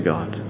God